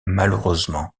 malheureusement